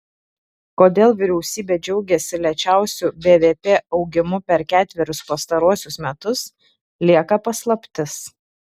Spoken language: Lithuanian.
kodėl vyriausybė džiaugiasi lėčiausiu bvp augimu per ketverius pastaruosius metus lieka paslaptis